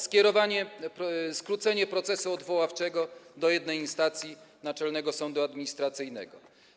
Skrócenie procesu odwoławczego do jednej instancji: Naczelnego Sądu Administracyjnego.